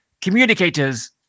communicators